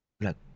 Look